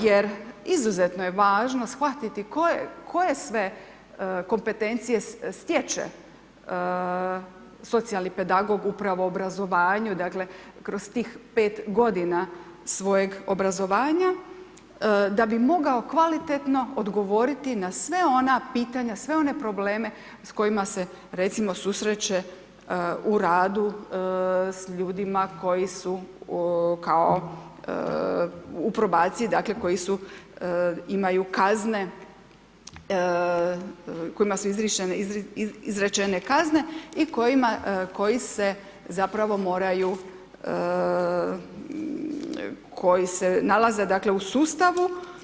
Jer izuzetno je važno shvatiti koje sve kompetencije stječe socijalni pedagog upravo u obrazovanju dakle kroz tih 5 godina svojeg obrazovanja da bi mogao kvalitetno odgovoriti na sva ona pitanja, sve one probleme sa kojima se recimo susreće u radu s ljudima koji su kao u probaciji dakle koji su, imaju kazne, kojima su izrečene kazne i koji se zapravo moraju, koji se nalaze dakle u sustavu.